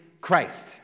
Christ